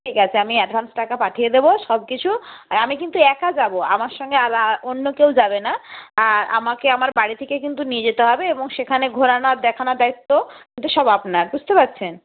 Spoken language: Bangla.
ঠিক আছে আমি অ্যাডভান্স টাকা পাঠিয়ে দেবো সব কিছু আর আমি কিন্তু একা যাব আমার সঙ্গে আর অন্য কেউ যাবে না আর আমাকে আমার বাড়ি থেকে কিন্তু নিয়ে যেতে হবে এবং সেখানে ঘোরানো আর দেখানোর দায়িত্ব কিন্তু সব আপনার বুঝতে পারছেন